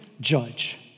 judge